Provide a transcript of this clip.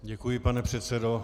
Děkuji, pane předsedo.